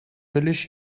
höllisch